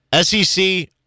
SEC